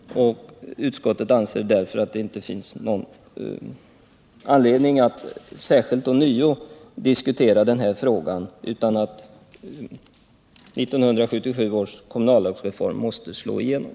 Utskottet anser därför att det inte finns någon anledning att ånyo särskilt diskutera den här frågan utan att 1977 års kommunallagsreform måste slå igenom.